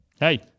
Hey